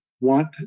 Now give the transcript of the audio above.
want